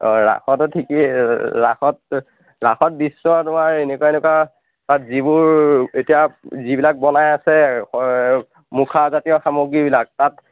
অঁ ৰাসতো ঠিকেই ৰাসত ৰাসত দৃশ্য তোমাৰ এনেকুৱা এনেকুৱা তাত যিবোৰ এতিয়া যিবিলাক বনাই আছে মুখাজাতীয় সামগ্ৰীবিলাক তাত